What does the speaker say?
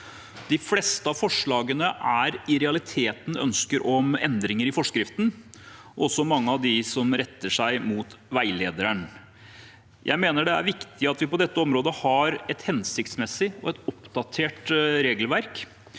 De fleste av forslagene er i realiteten ønsker om endringer i forskriften, også mange av dem som retter seg mot veilederen. Jeg mener det er viktig at vi på dette området har et hensiktsmessig og oppdatert regelverk,